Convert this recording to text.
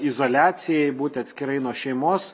izoliacijai būti atskirai nuo šeimos